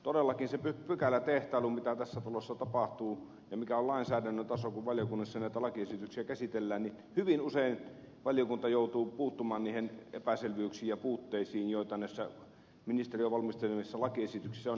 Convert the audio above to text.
todellakin se pykälätehtailu mitä tässä talossa tapahtuu ja mikä on lainsäädännön taso kun valiokunnissa näitä lakiesityksiä käsitellään hyvin usein valiokunta joutuu puuttumaan niihin epäselvyyksiin ja puutteisiin joita ministeriön valmistelemissa lakiesityksissä on